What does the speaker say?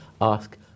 ask